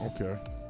Okay